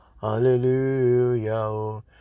hallelujah